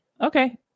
Okay